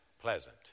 pleasant